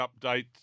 update